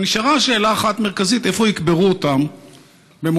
אבל נשאלה שאלה אחת מרכזית: איפה יקברו אותם במותם?